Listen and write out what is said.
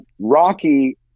Rocky